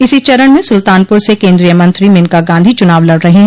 इसी चरण में सुल्तानपुर से कोन्द्रीय मंत्री मेनका गांधी चुनाव लड़ रही हैं